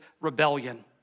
rebellion